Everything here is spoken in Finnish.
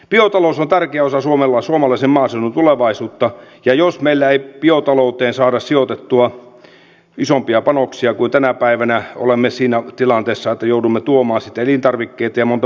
biotalous on tärkeä osa suomalaisen maaseudun tulevaisuutta ja jos meillä ei biotalouteen saada sijoitettua isompia panoksia kuin tänä päivänä olemme siinä tilanteessa että joudumme tuomaan sitten elintarvikkeita ja monta muutakin asiaa